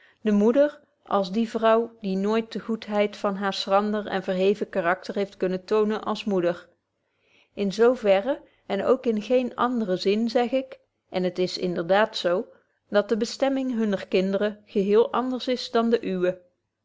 de moeder als die vrouw die nooit de goedheid van haar schrander en verheven karakter heeft kunnen toonen als moeder in zo verre en ook in geenen anderen zin zeg ik en t is inderdaad zo dat de bestemming hunner kinderen geheel anders is dan de uwe